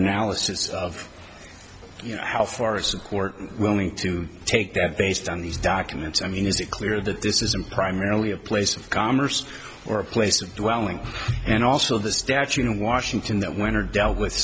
analysis of you know how far it's important willing to take that based on these documents i mean is it clear that this isn't primarily a place of commerce or a place of dwelling and also the statue in washington that when are dealt with